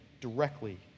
directly